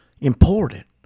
important